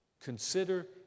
Consider